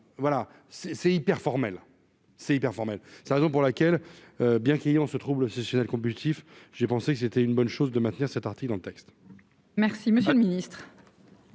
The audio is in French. formelle, c'est hyper formel sa raison pour laquelle, bien qu'ayant ce trouble sexuel compulsif, j'ai pensé que c'était une bonne chose de maintenir cet article dans le texte. Merci monsieur le ministre.